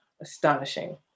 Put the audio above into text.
astonishing